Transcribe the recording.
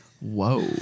whoa